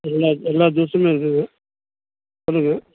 எல்லா எல்லா ஜூஸுமே இருக்குதுங்க